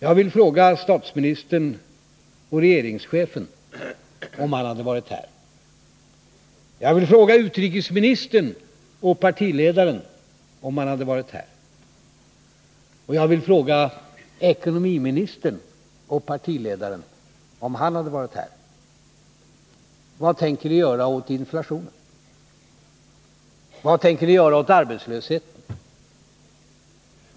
Jag ville fråga statsministern och regeringschefen, om han hade varit här, utrikesministern och partiledaren, om han hade varit här, ekonomiministern och partiledaren, om han hade varit här: Vad tänker ni göra åt inflationen? Vad tänker ni göra åt arbetslösheten?